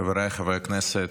חבריי חברי הכנסת,